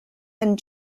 and